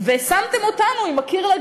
ושמתם אותנו עם הגב אל הקיר,